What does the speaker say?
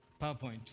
PowerPoint